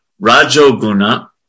Rajoguna